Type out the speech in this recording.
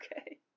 Okay